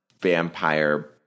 vampire